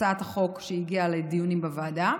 בהצעת החוק שהגיעה לדיונים בוועדה.